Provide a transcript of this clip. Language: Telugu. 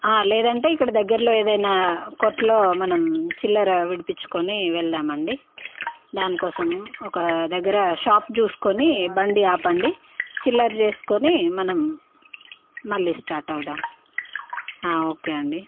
లేదంటే ఇక్కడ దగ్గర్లో ఏదైనా కొట్లో మనం చిల్లర విడిపించుకొని వెళ్దామండి దానికోసము ఒక దగ్గర షాప్ చూసుకొని బండి ఆపండి చిల్లర చేసుకొని మనం మళ్ళీ స్టార్ట్ అవుదాం ఓకే అండి